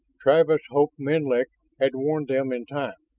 travis hoped menlik had warned them in time.